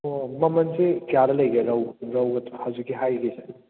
ꯑꯣ ꯃꯃꯟꯁꯤ ꯀꯌꯥꯗ ꯂꯩꯒꯦ ꯔꯧ ꯔꯧ ꯍꯧꯖꯤꯛꯀꯤ ꯍꯥꯏꯔꯤꯈꯩꯁꯦ